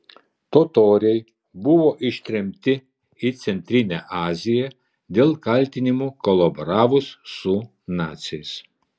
totoriai buvo ištremti į centrinę aziją dėl kaltinimų kolaboravus su naciais